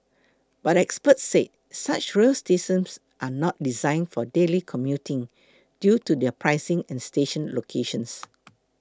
but experts said such rail systems are not design for daily commuting due to their pricing and station locations